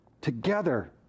together